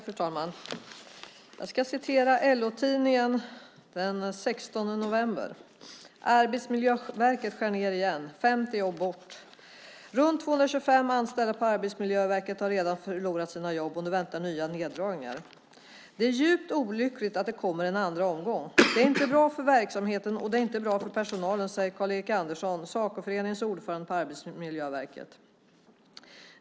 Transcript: Fru talman! Jag ska citera LO-Tidningen från den 16 november: "Arbetsmiljöverket skär ned igen - 50 jobb bort. Runt 225 anställda på Arbetsmiljöverket har redan förlorat sina jobb, och nu väntar nya neddragningar. Det är djupt olyckligt att det kommer en andra omgång. Det är inte bra för verksamheten och det är inte bra för personalen, säger Karl-Erik Andersson, Sacoföreningens ordförande på Arbetsmiljöverket.